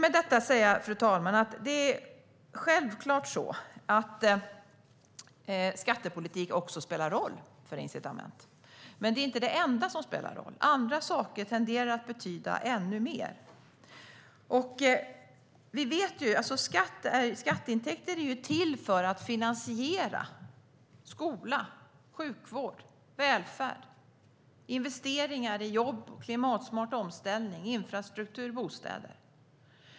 Med detta, fru talman, vill jag säga att skattepolitiken självklart spelar roll för incitament, men det är inte det enda som spelar roll. Andra saker tenderar att betyda ännu mer. Skatteintäkter är till för att finansiera skola, sjukvård, välfärd, investeringar i jobb, klimatsmart omställning, infrastruktur och bostäder.